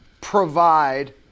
provide